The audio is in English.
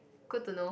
good to know